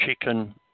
chicken